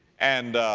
and,